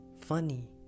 funny